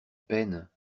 peine